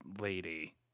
lady